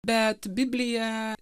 bet biblija